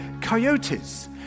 coyotes